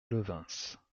levens